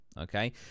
okay